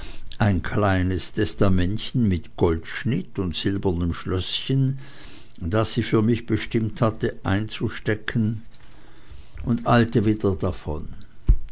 ein kleines testamentchen mit goldschnitt und silbernem schlößchen das sie für mich bestimmt hatte einzustecken und eilte wieder davon